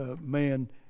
man